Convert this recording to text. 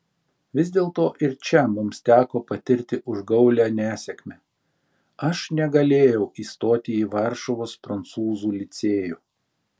vis dėlto ir čia mums teko patirti užgaulią nesėkmę aš negalėjau įstoti į varšuvos prancūzų licėjų